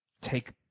take